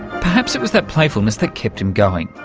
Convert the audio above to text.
perhaps it was that playfulness that kept him going.